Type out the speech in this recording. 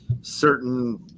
certain